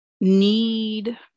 need